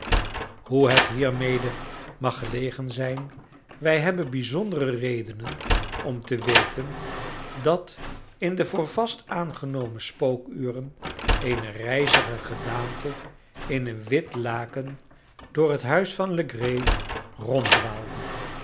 hoe het hiermede mag gelegen zijn wij hebben bijzondere redenen om te weten dat in de voor vast aangenomen spookuren eene rijzige gedaante in een wit laken door het huis van